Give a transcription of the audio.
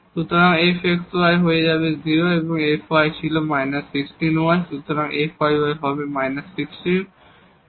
সুতরাং fx y হয়ে যাবে 0 এবং এই fy ছিল − 16 y সুতরাং এই fyy হবে −16